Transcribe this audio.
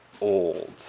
old